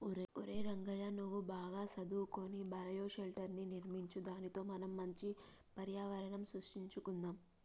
ఒరై రంగయ్య నువ్వు బాగా సదువుకొని బయోషెల్టర్ర్ని నిర్మించు దానితో మనం మంచి పర్యావరణం సృష్టించుకొందాం